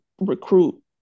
recruit